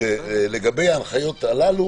הבהרנו שלגבי ההנחיות הללו